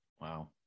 Wow